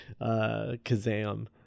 Kazam